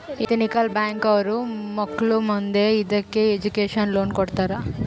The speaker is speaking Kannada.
ಎತಿನಿಕಲ್ ಬ್ಯಾಂಕ್ ಅವ್ರು ಮಕ್ಳು ಮುಂದೆ ಇದಕ್ಕೆ ಎಜುಕೇಷನ್ ಲೋನ್ ಕೊಡ್ತಾರ